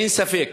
אין ספק